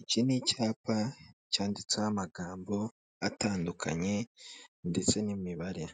Iki ni icyapa cyanditseho amagambo atandukanye ndetse n'imibare